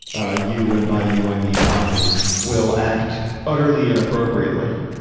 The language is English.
ah, you and by you, i mean i will act utterly inappropriately,